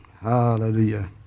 Hallelujah